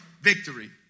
victory